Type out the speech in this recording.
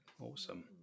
Awesome